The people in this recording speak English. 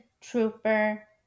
Trooper